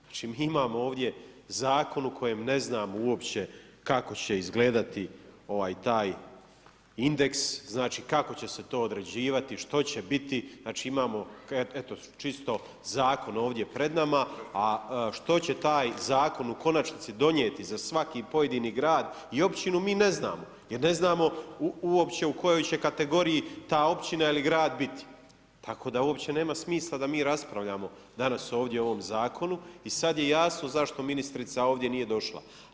Znači imamo ovdje zakon o kojem ne znamo uopće kako izgledati ovaj taj indeks, znači kako će se to određivati, što će biti, znači imamo eto čisto zakon ovdje pred nama a što će taj zakon u konačnici donijeti za svaki pojedini grad i općinu, mi ne znamo jer ne znamo uopće u kojoj će kategoriji ta općina ili grad biti, tako da uopće nema smisla da mi raspravljamo danas ovdje o ovom zakonu i sad je jasno zašto ministrica ovdje nije došla.